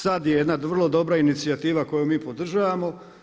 Sad je jedna vrlo dobro inicijativa koju mi podržavamo.